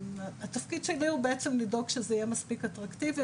התפקיד שלי הוא בעצם לדאוג שזה יהיה מספיק אטרקטיבי,